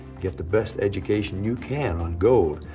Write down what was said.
get the best education you can on gold,